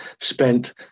spent